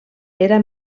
era